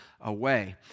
away